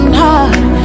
heart